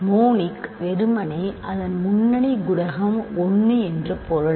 monic வெறுமனே அதன் முன்னணி குணகம் 1 என்று பொருள்